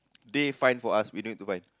they find for us we no need to find